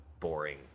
boring